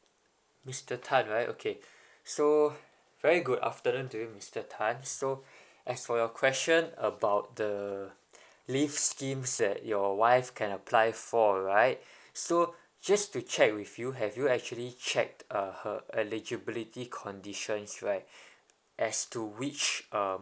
mister tan right okay so very good afternoon to you mister tan so as for your question about the leave schemes that your wife can apply for right so just to check with you have you actually checked uh her eligibility conditions right as to which uh